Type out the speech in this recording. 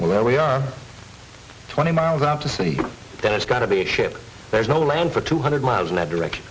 where we are twenty miles out to sea then it's got to be a ship there's no land for two hundred miles in that direction